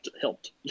helped